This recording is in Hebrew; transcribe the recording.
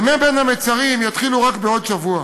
ימי בין-המצרים יתחילו רק בעוד שבוע,